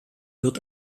wird